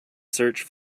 search